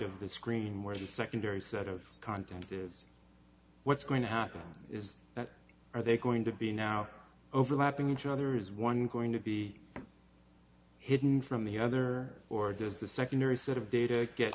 of the screen where the secondary set of content is what's going to happen is that are they going to be now overlapping each other is one going to be hidden from the other or does the secondary sort of data get